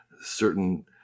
certain